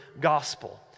gospel